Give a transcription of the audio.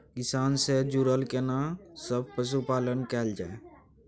किसान से जुरल केना सब पशुपालन कैल जाय?